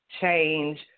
change